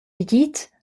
agid